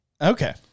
Okay